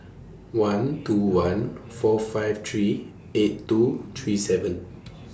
one two one four five three eight two three seven